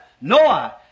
Noah